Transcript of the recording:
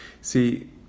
see